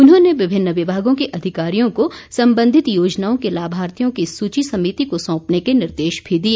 उन्होंने विभिन्न विभागों के अधिकारियों को संबंधित योजनाओं के लाभार्थियों की सूची समिति को सौंपने के निर्देश भी दिए